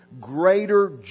greater